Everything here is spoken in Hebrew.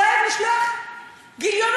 הוא אוהב לשלוח גיליונות,